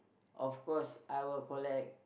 of course I will collect